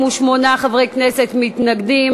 התקציב 2015 ואילך וסכום ההוצאה הממשלתית בשנת התקציב 2015),